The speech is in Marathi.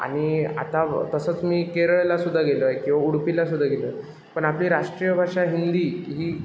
आणि आता तसंच मी केरळलासुद्धा गेलो आहे किंवा उडपीलासुद्धा गेलो आहे पण आपली राष्ट्रीय भाषा हिंदी ही